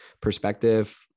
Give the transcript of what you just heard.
perspective